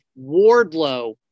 Wardlow